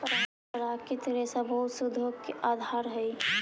प्राकृतिक रेशा बहुत से उद्योग के आधार हई